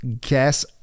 guess